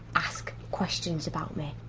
ask questions about me,